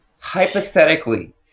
hypothetically